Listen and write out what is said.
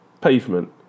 pavement